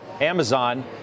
Amazon